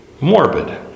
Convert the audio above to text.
morbid